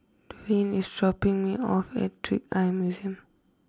Dewayne is dropping me off at Trick Eye Museum